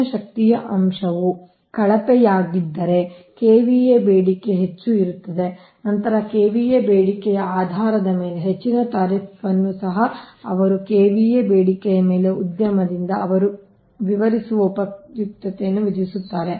ನಿಮ್ಮ ಶಕ್ತಿಯ ಅಂಶವು ಕಳಪೆಯಾಗಿದ್ದರೆ KVA ಬೇಡಿಕೆಯು ಹೆಚ್ಚು ಇರುತ್ತದೆ ನಂತರ KVA ಬೇಡಿಕೆಯ ಆಧಾರದ ಮೇಲೆ ಹೆಚ್ಚಿನ ತಾರೀಫ್ಫ್ನ್ನು ಸಹ ಅವರು KVA ಬೇಡಿಕೆಯ ಮೇಲೆ ಉದ್ಯಮದಿಂದ ಅವರು ವಿಧಿಸುವ ಉಪಯುಕ್ತತೆಗಳನ್ನು ವಿಧಿಸುತ್ತಾರೆ